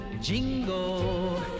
jingle